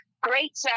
great